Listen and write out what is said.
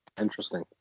Interesting